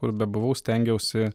kur bebuvau stengiausi